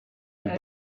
and